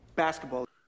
Basketball